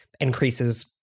increases